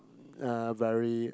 uh very